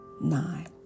Nine